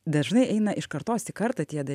dažnai eina iš kartos į kartą tie dal